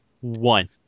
One